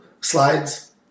slides